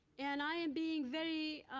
and i am being very,